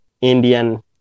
Indian